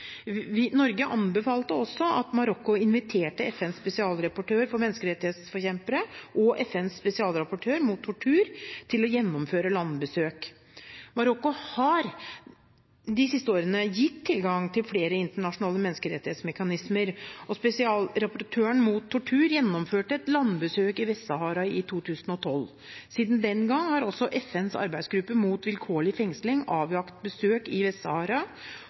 Norge anbefalte også at Marokko inviterte FNs spesialrapportør for menneskerettighetsforkjempere og FNs spesialrapportør mot tortur til å gjennomføre landbesøk. Marokko har de siste årene gitt tilgang til flere internasjonale menneskerettighetsmekanismer, og spesialrapportøren mot tortur gjennomførte et landbesøk i Vest-Sahara i 2012. Siden den gang har også FNs arbeidsgruppe mot vilkårlig fengsling avlagt besøk i